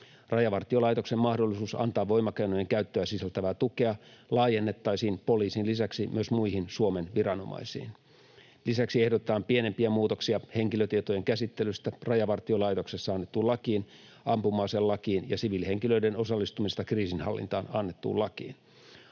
Rajavartiolaitoksen mahdollisuus antaa voimakeinojen käyttöä sisältävää tukea laajennettaisiin poliisin lisäksi muihin Suomen viranomaisiin. Lisäksi ehdotetaan pienempiä muutoksia henkilötietojen käsittelystä Rajavartiolaitoksessa annettuun lakiin, ampuma-aselakiin ja siviilihenkilöiden osallistumisesta kriisinhallintaan annettuun lakiin.